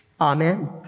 Amen